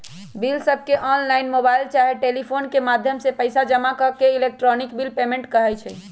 बिलसबके online, mobile चाहे telephone के माध्यम से पइसा जमा के इलेक्ट्रॉनिक बिल पेमेंट कहई छै